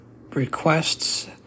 requests